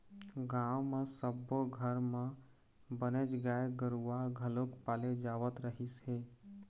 गाँव म सब्बो घर म बनेच गाय गरूवा घलोक पाले जावत रहिस हे